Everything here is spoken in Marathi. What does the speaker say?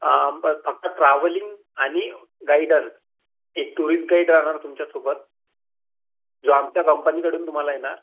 हां ब फक्त ट्रॅव्हलिंग आणि गायडन्स एक टुरिस्ट गाईड राहणार तुमच्यासोबत जो आमच्या कंपनीकडून तुम्हाला येणार